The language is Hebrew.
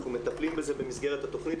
אנחנו מטפלים בזה במסגרת התכנית,